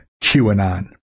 QAnon